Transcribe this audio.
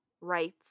rights